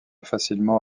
facilement